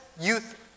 youth